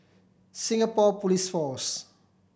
Singapore Police Force